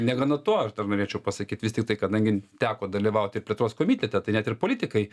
negana to aš dar norėčiau pasakyt vis tiktai kadangi teko dalyvaut ir plėtros komitete tai net ir politikai